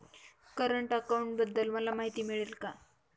Current अकाउंटबद्दल मला माहिती मिळेल का?